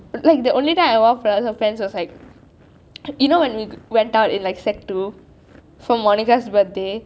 like the only time I wore palazzo pants you know when we went out like in sec two for monica's birthday